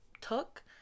took